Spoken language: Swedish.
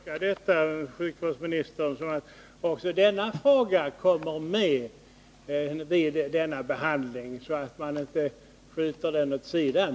Herr talman! Får jag tolka detta, sjukvårdsministern, så att också denna fråga kommer med vid behandlingen, så att man inte skjuter den åt sidan?